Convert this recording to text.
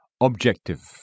Objective